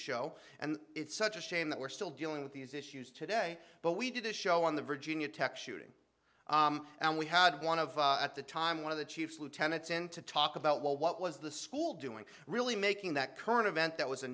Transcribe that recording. show and it's such a shame that we're still dealing with these issues today but we did a show on the virginia tech shooting and we had one of at the time one of the chief lieutenants in to talk about well what was the school doing really making that current event that was a